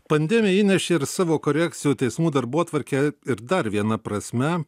pandemija įnešė ir savo korekcijų teismų darbotvarkėje ir dar viena prasme